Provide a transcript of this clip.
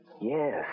Yes